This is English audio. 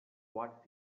what